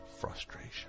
Frustration